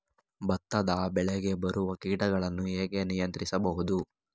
ಭತ್ತದ ಬೆಳೆಗೆ ಬರುವ ಕೀಟಗಳನ್ನು ಹೇಗೆ ನಿಯಂತ್ರಿಸಬಹುದು?